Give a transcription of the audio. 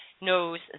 knows